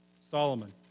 Solomon